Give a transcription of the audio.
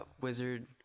Wizard